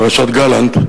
פרשת גלנט,